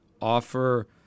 offer